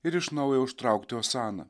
ir iš naujo užtraukti osana